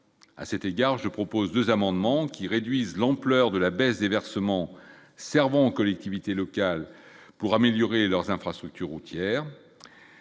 à cet égard je propose 2 amendements qui réduisent l'ampleur de la baisse des versements Servent collectivités locales pour améliorer leurs infrastructures routières,